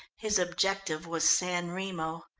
his objective was san remo.